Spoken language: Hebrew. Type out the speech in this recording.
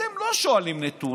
אתם לא שואלים על נתונים,